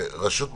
שרשות מקומית,